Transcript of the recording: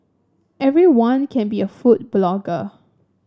everyone can be a food blogger